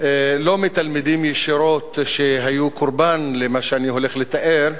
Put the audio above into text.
לא ישירות מתלמידים שהיו קורבן למה שאני הולך לתאר,